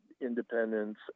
independence